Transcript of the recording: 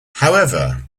however